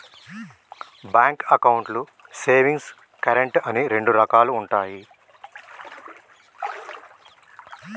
bank అకౌంట్లు savings, current అని రెండు రకాలుగా ఉంటయి